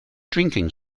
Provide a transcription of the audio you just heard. drinking